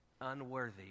unworthy